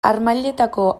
harmailetako